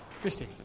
Christy